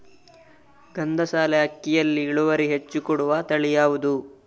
ಗಂಧಸಾಲೆ ಅಕ್ಕಿಯಲ್ಲಿ ಇಳುವರಿ ಹೆಚ್ಚು ಕೊಡುವ ತಳಿ ಯಾವುದು?